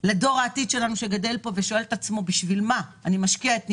לדור העתיד שגדל פה ושואל את עצמו מה הוא מקבל מזה שהוא משקיע את נשמתו,